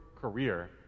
career